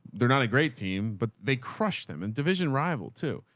they're not a great team, but they crushed them and division rival too.